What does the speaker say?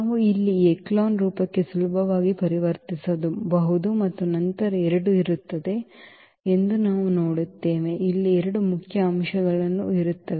ನಾವು ಇಲ್ಲಿ ಈ ಎಚೆಲಾನ್ ರೂಪಕ್ಕೆ ಸುಲಭವಾಗಿ ಪರಿವರ್ತಿಸಬಹುದು ಮತ್ತು ನಂತರ 2 ಇರುತ್ತದೆ ಎಂದು ನಾವು ನೋಡುತ್ತೇವೆ ಇಲ್ಲಿ 2 ಮುಖ್ಯ ಅಂಶಗಳು ಇರುತ್ತವೆ